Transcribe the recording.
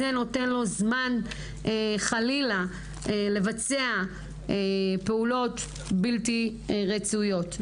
זה נותן לו זמן חלילה לבצע פעולות בלתי רצויות.